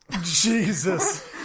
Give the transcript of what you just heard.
Jesus